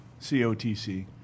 COTC